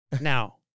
now